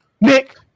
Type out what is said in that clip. Nick